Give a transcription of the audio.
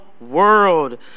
world